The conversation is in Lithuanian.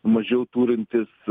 mažiau turintys